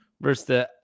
versus